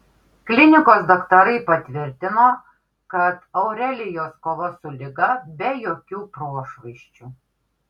klinikos daktarai patvirtino kad aurelijos kova su liga be jokių prošvaisčių